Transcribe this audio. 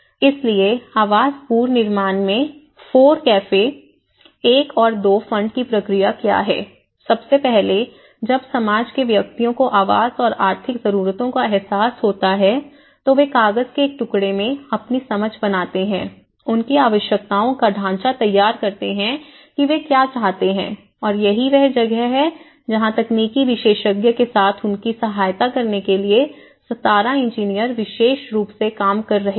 इसलिए आवास पुनर्निर्माण में फोरकैफे 1 और 2 फंड की प्रक्रिया क्या है सबसे पहले जब समाज के व्यक्तियों को आवास और आर्थिक जरूरतों का एहसास होता है तो वे कागज के एक टुकड़े में अपनी समझ बनाते हैं उनकी आवश्यकताओं का ढांचा तैयार करते हैं कि वे क्या चाहते हैं और यही वह जगह है जहां तकनीकी विशेषज्ञ के साथ उनकी सहायता करने के लिए 17 इंजीनियर विशेष रुप से काम कर रहे थे